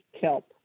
kelp